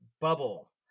bubble